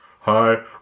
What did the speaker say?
Hi